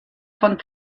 von